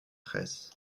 fraysse